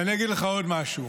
ואני אגיד לך עוד משהו.